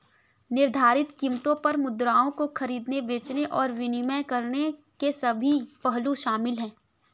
निर्धारित कीमतों पर मुद्राओं को खरीदने, बेचने और विनिमय करने के सभी पहलू शामिल हैं